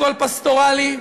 הכול פסטורלי,